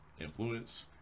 influence